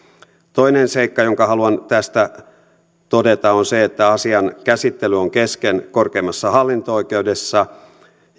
toinen seikka jonka haluan tästä todeta on se että asian käsittely on kesken korkeimmassa hallinto oikeudessa